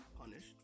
punished